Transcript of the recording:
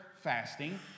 fasting